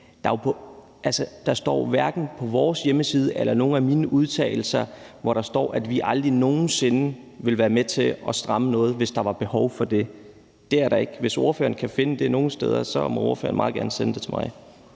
Det hverken står på vores hjemmeside eller fremgår af nogen af mine udtalelser, at vi aldrig nogen sinde vil være med til at stramme noget, hvis der var behov for det. Det gør der ikke. Hvis ordføreren kan finde det nogen steder, må ordføreren meget gerne sende det til mig.